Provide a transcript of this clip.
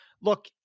look